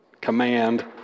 command